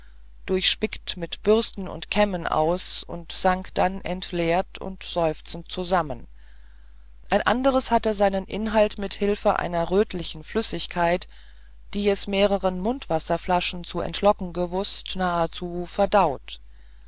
durchspickt mit bürsten und kämmen aus und sank dann entleert und seufzend zusammen ein anderes hatte seinen inhalt mit hilfe einer rötlichen flüssigkeit die es mehreren mundwasserflaschen zu entlocken gewußt nahezu verdaut